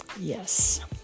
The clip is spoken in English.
Yes